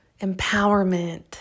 empowerment